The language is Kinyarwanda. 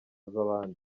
z’abandi